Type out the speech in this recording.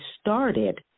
started